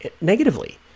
negatively